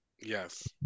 Yes